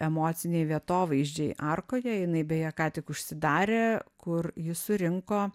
emociniai vietovaizdžiai arkoje jinai beje ką tik užsidarė kur ji surinko